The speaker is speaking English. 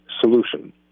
solution